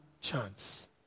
chance